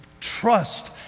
trust